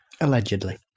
Allegedly